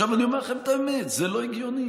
אני אומר לכם את האמת: זה לא הגיוני,